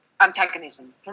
antagonism